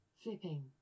Flipping